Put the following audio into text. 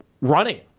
Running